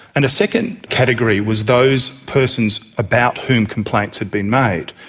and a second category was those persons about whom complaints had been made,